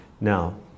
now